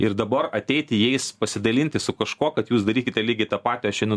ir dabar ateiti jais pasidalinti su kažkuo kad jūs darykite lygiai tą patį aš einu